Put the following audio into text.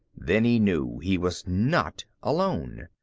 then he knew. he was not alone.